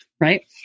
right